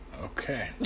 Okay